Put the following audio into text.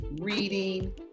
reading